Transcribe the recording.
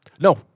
No